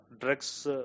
drugs